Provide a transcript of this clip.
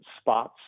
spots